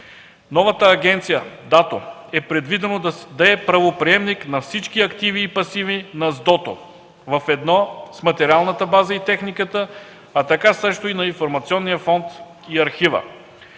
Новата агенция – ДАТО, е предвидено да е правоприемник на всички активи и пасиви на СДОТО, в едно с материална база и техника, а така също и на информационния фонд и архива.